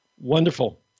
Wonderful